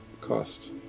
cost